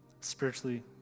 Spiritually